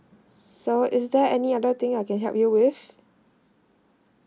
so is there any other thing I can help you with